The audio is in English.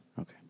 Okay